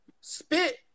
spit